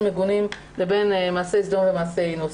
מגונים לבין מעשי סדום ומעשי אינוס.